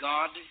God